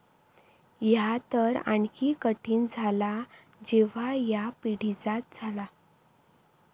ह्या तर आणखी कठीण झाला जेव्हा ह्या पिढीजात झाला